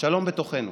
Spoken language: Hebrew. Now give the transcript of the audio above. שלום בתוכנו.